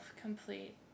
complete